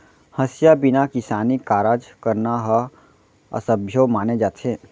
हँसिया बिना किसानी कारज करना ह असभ्यो माने जाथे